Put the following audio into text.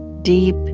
Deep